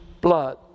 blood